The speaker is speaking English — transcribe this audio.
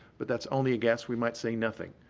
but that's only a guess. we might see nothing,